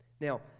Now